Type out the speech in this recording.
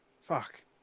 fuck